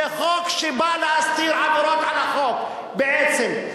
זה חוק שבא להסתיר עבירות על החוק בעצם.